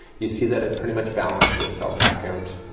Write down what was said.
you see that it pretty much balanced itself back out.